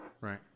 Right